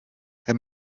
herr